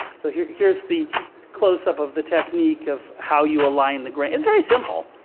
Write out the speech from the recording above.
so here's here's the close-up of the technique of how you align the grain. it's very simple.